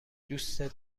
دوستت